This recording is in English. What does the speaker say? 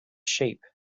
shape